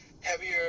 heavier